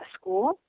school